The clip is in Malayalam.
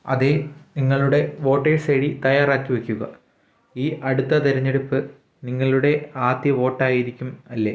അതെ നിങ്ങളുടെ വോട്ടേഴ്സ് ഐ ഡി തയ്യാറാക്കി വെയ്ക്കുക ഈ അടുത്ത തിരഞ്ഞെടുപ്പ് നിങ്ങളുടെ ആദ്യ വോട്ടായിരിക്കും അല്ലേ